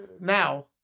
now